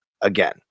again